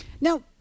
Now